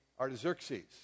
Artaxerxes